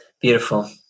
Beautiful